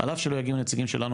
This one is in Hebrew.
על אף שלא יגיעו נציגים שלנו,